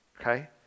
okay